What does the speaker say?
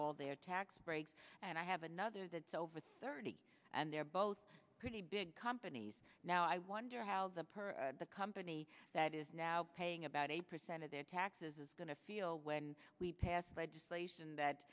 all their tax breaks and i have another that's over thirty and they're both pretty big companies now i wonder how the the company that is now paying about eight percent of their taxes is going to feel when we pass legislation that